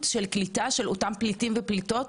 של קליטה של אותם פליטים ופליטות.